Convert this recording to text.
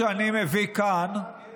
פתאום הפכת להיות השוטר אזולאי.